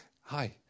hi